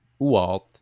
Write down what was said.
Ualt